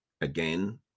again